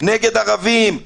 נגד ערבים,